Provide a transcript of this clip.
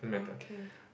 okay